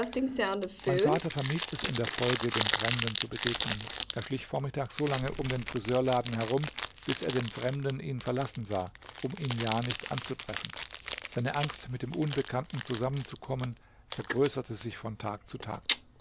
mein vater vermied es in der folge dem fremden zu begegnen er schlich vormittags so lange um den friseurladen herum bis er den fremden ihn verlassen sah um ihn ja nicht anzutreffen seine angst mit dem unbekannten zusammenzukommen vergrößerte sich von tag zu tag